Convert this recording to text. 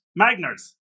Magners